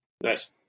Nice